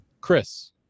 Chris